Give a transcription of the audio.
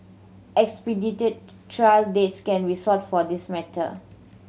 expedited trial dates can be sought for this matter